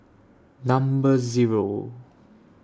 Number Zero